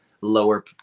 lower